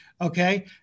okay